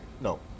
No